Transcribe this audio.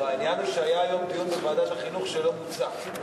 העניין הוא שהיה היום דיון בוועדת החינוך שלא מוצה,